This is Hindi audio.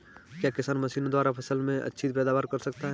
क्या किसान मशीनों द्वारा फसल में अच्छी पैदावार कर सकता है?